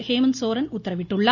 ஹேமந்த் சோரன் உத்தரவிட்டுள்ளார்